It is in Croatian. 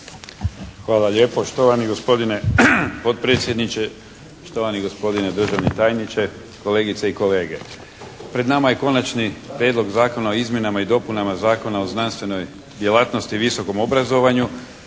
Hvala lijepa. Štovani gospodine potpredsjedniče, štovani gospodine državni tajniče, kolegice i kolege. Pred nama je Konačni prijedlog Zakona o izmjenama i dopunama Zakona o znanstvenoj djelatnosti i visokom obrazovanju